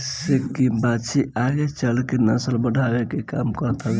काहे से की बाछी आगे चल के नसल बढ़ावे के काम करत हवे